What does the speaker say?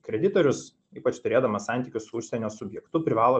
kreditorius ypač turėdamas santykius su užsienio subjektu privalo